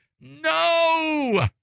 No